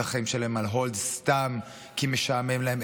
החיים שלהם על hold סתם כי משעמם להם,